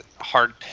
hard